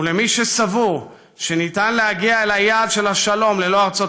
ולמי שסבור שאפשר להגיע אל היעד של השלום ללא ארצות